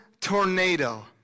Tornado